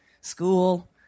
School